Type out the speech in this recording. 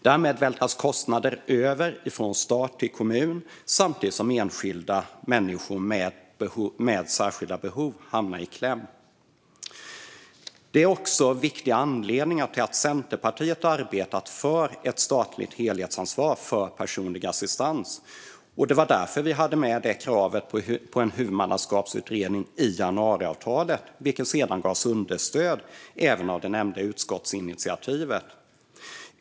Därmed vältras kostnader över från stat till kommun, samtidigt som enskilda människor med särskilda behov hamnar i kläm. Detta är också viktiga anledningar till att Centerpartiet arbetat för ett statligt helhetsansvar för personlig assistans, och det var därför vi hade med kravet på en huvudmannaskapsutredning i januariavtalet, vilket sedan gavs understöd även av det nämnda utskottsinitiativet.